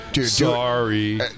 Sorry